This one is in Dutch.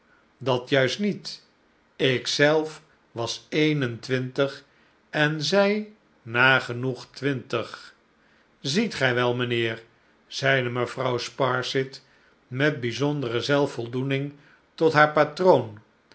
dat juist niet ik zelf was een en twintig en zij nagenoeg twintig ziet gij wel mijnheer zeide mevrouw sparsit met bijzondere zelfvoldoening tot haar patroon